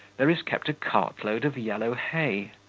there is kept a cartload of yellow hay,